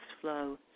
flow